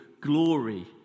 glory